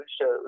shows